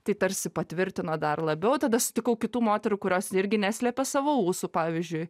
tai tarsi patvirtino dar labiau tada sutikau kitų moterų kurios irgi neslėpė savo ūsų pavyzdžiui